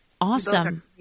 Awesome